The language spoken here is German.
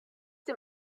dem